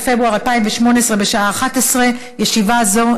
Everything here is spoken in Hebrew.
11 בעד,